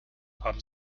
haben